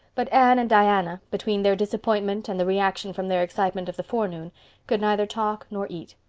but anne and diana, between their disappointment and the reaction from their excitement of the forenoon, could neither talk nor eat.